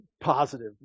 Positive